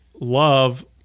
love